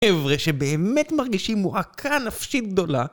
חבר'ה שבאמת מרגישים מועקה נפשית גדולה